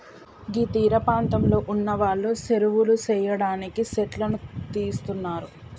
గీ తీరపాంతంలో ఉన్నవాళ్లు సెరువులు సెయ్యడానికి సెట్లను తీస్తున్నరు